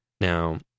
now